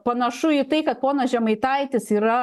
panašu į tai kad ponas žemaitaitis yra